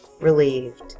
relieved